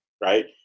Right